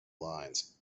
lines